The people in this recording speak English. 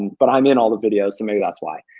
but i'm in all the videos so maybe that's why.